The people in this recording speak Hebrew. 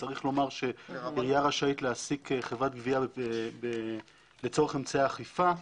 צריך רק לומר שעירייה רשאית להעסיק חברת גבייה לצורך אמצעי אכיפה.